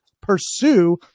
pursue